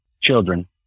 children